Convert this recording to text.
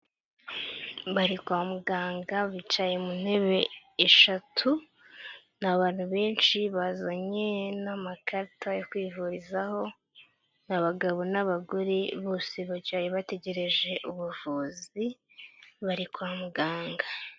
Bari kwa muganga, bicaye mu ntebe eshatu, ni abantu benshi bazanye n'amakarita yo kwivurizaho, ni abagabo n'abagore bose bicaye bategereje ubuvuzi, bari kwa muganga.